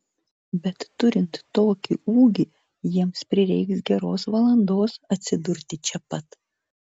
bet turint tokį ūgį jiems prireiks geros valandos atsidurti čia pat